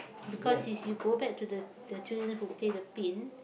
because is you go back to the the children who play the pin